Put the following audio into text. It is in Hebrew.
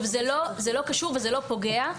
זה לא קשור ולא פוגע.